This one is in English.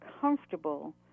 comfortable